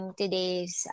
today's